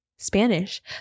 Spanish